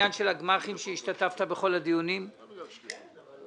השתתפת בכל הדיונים בנושא הגמ"חים.